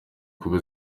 kuba